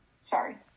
sorry